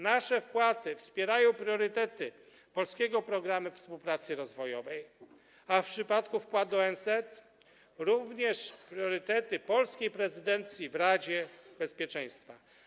Nasze wpłaty wspierają priorytety polskiego programu współpracy rozwojowej, a w przypadku wkładu ONZ również priorytety polskiej prezydencji w Radzie Bezpieczeństwa.